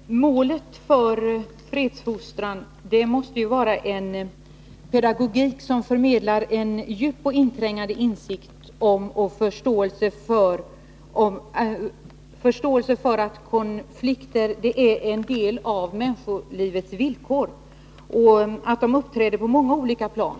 Nr 51 Herr talman! Målet för fredsfostran måste ju vara en pedagogik som Onsdagen den förmedlar en djup och inträngande insikt om och förståelse för att konflikter 15 december 1982 är en del av livets villkor samt att dessa konflikter uppträder på många olika plan.